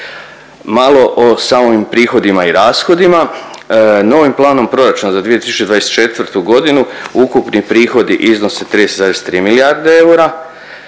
Malo o samim prihodima i rashodima. Novim planom proračuna za 2024.g. ukupni prihodi iznose 30,3 milijarde eura,